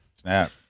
Snap